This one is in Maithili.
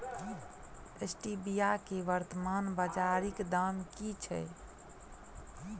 स्टीबिया केँ वर्तमान बाजारीक दाम की छैक?